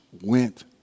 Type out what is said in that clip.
went